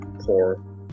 poor